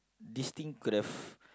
this thing could have